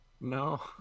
No